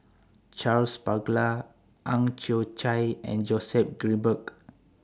Charles Paglar Ang Chwee Chai and Joseph Grimberg